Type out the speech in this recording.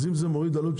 אז אם זה מוריד עלות,